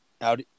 out